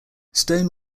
stone